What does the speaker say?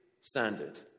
standard